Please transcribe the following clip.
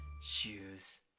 Shoes